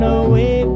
away